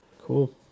Cool